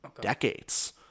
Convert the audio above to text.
decades